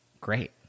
great